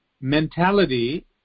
mentality